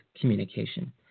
communication